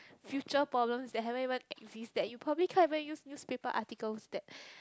future problems that haven't even exist that you probably can't even use newspaper articles that